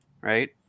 right